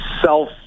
self